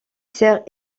sert